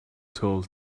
told